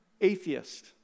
atheist